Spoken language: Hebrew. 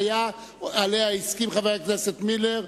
בהתניה שעליה הסכים חבר הכנסת מילר.